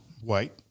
white